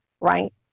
right